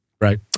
Right